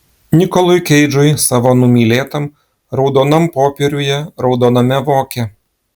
nikolui keidžui savo numylėtam raudonam popieriuje raudoname voke